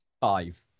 Five